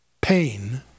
pain